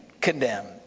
condemned